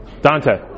Dante